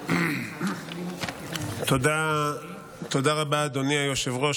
תודה רבה, אדוני היושב-ראש.